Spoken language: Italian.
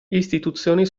istituzioni